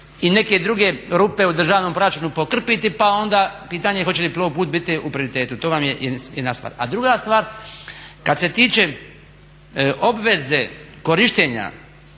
i neke druge rupe u državnom proračunu pokrpiti, pa onda pitanje je hoće li Plovput biti u prioritetu … A druga stvar kada se tiče obveze korištenja